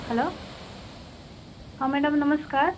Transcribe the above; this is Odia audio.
ହ୍ୟାଲୋ ହଁ ମ୍ୟାଡ଼ମ୍ ନମସ୍କାର